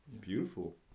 beautiful